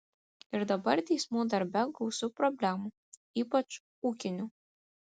ir dabar teismų darbe gausu problemų ypač ūkinių